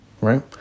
right